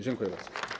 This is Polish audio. Dziękuję bardzo.